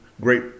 great